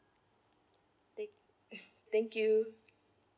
thank~ thank you